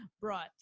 Brought